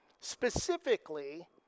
specifically